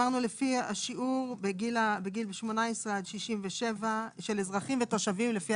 לפי השיעור בגיל 18 עד 67 של אזרחים ותושבים לפי